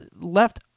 left